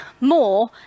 more